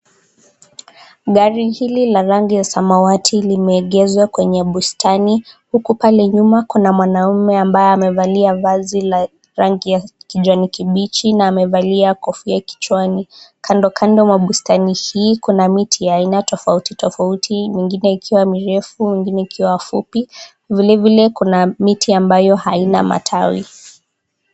Gari hili la rangi ya samawati limeegeshwa kwenye bustani huku pale nyuma kuna mwanaume ambaye amevalia vazi la rangi ya kijani kibichi na amevalia kofia kichwani, kando kando mwa bustani hii kuna miti ya aina tofauti tofauti ingine ikiwa mirefu, ingine ikiwa fupi ,vile vile kuna miti ambayo haina matawi.